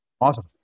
Awesome